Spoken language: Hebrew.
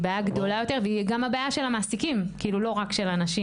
זו בעיה גדולה יותר והיא גם הבעיה של המעסיקים כאילו לא רק של הנשים,